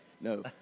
No